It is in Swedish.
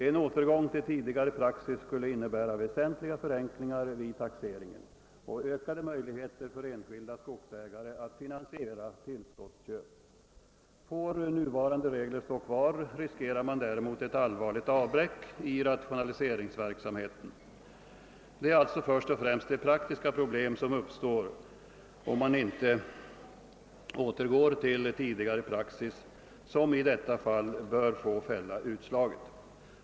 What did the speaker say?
En återgång till tidigare praxis skulle innebära väsentliga förenklingar vid taxeringen och ökade möjligheter för enskilda skogsägare att finansiera tillskottsköp. Får nuvarande regler stå kvar riskerar man däremot ett allvarligt avbräck i rationaliseringsverksamheten. Det är alltså först och främst de praktiska problem som uppstår om man inte återgår till tidigare praxis, som bör få fälla utslaget.